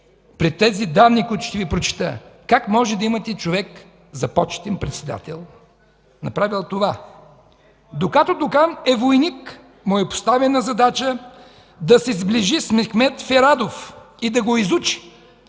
при тези данни, които ще Ви прочета, как можете да имате за почетен председател човек, направил това. „Докато Доган е войник му е поставена задача да се сближи с Мехмед Ферадов и да го изучи.